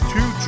Two